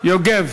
יוגב